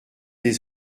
des